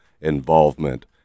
involvement